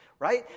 right